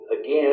again